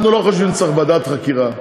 אנחנו לא חושבים שצריך ועדת חקירה,